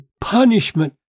punishment